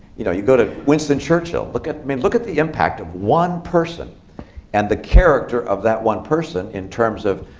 you know you know winston churchill. look at i mean look at the impact of one person and the character of that one person in terms of,